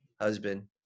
husband